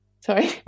sorry